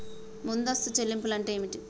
ముందస్తు చెల్లింపులు అంటే ఏమిటి?